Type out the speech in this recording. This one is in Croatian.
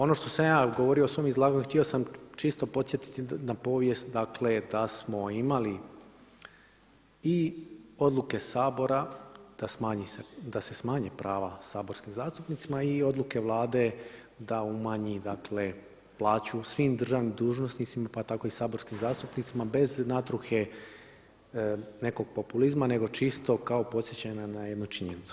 Ono što sam ja govorio u svom izlaganju htio sam čisto podsjetiti na povijest, dakle da smo imali i odluke Sabora da se smanje prava saborskim zastupnicima i odluke Vlade da umanji, dakle plaću svim državnim dužnosnicima pa tako i saborskim zastupnicima bez natruhe nekog populizma, nego čisto kao podsjećanje na jednu činjenicu.